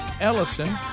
Ellison